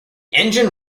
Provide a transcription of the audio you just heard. engine